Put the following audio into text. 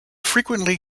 frequently